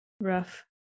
Rough